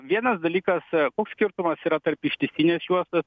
vienas dalykas koks skirtumas yra tarp ištisinės juostos